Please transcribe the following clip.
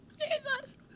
Jesus